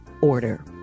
order